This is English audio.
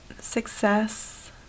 success